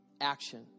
action